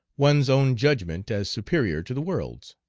one's own judgment as superior to the world's.